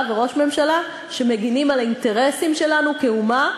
וראש ממשלה שמגינים על האינטרסים שלנו כאומה,